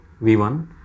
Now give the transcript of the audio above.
V1